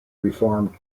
reformed